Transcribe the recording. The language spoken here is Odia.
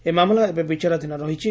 ଏହି ମାମଲା ଏବେ ବିଚାରଧିନ ରହିଛି